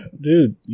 dude